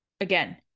again